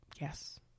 Yes